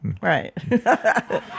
Right